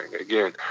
Again